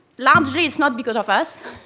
largely it's not because of us,